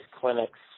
clinics